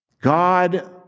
God